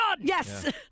yes